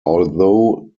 although